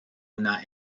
una